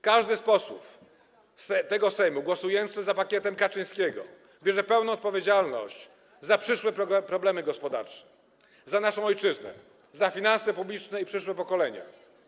Każdy z posłów tego Sejmu głosujący za pakietem Kaczyńskiego bierze pełną odpowiedzialność za przyszłe problemy gospodarcze, za naszą ojczyznę, za finanse publiczne i za przyszłe pokolenia.